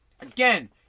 Again